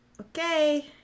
Okay